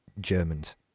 Germans